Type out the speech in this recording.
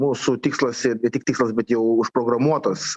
mūsų tikslas ir ne tik tikslas bet jau užprogramuotas